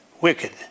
wicked